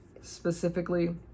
specifically